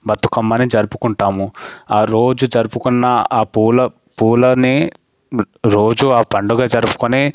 బతుకమ్మని జరుపుకుంటాము ఆరోజు జరుపుకున్న ఆ పూల పూలని రోజూ ఆ పండుగ జరుపుకొనీ